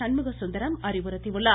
சண்முக சுந்தரம் அறிவுறுத்தியுள்ளார்